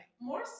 More